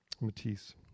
Matisse